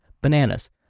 bananas